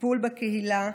ולטיפול בקהילה,